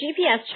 GPS